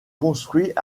construit